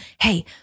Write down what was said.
hey